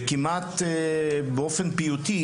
כמעט באופן פיוטי,